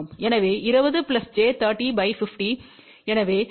எனவே 20 j 30 50